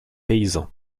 paysans